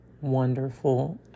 wonderful